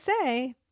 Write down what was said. say